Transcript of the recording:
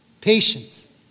patience